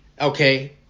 Okay